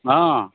ಹಾಂ